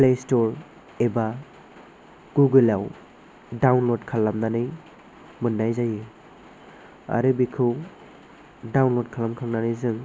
play store एबा Google आव download खालामनानै मोननाय जायो आरो बेखौ डाउनल'ड खालाम खांनानै जों